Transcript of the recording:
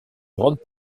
grande